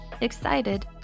excited